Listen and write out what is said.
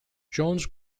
jones